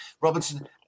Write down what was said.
Robinson